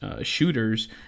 shooters